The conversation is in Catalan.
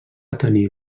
tenir